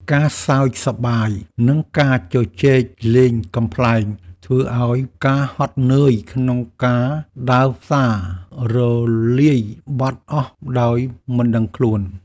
ការសើចសប្បាយ និងការជជែកលេងកំប្លែងធ្វើឱ្យការហត់នឿយក្នុងការដើរផ្សាររលាយបាត់អស់ដោយមិនដឹងខ្លួន។